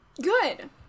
good